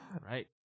Right